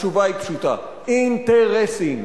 התשובה היא פשוטה: אינטרסים.